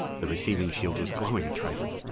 the receiving shield was glowing a trifle.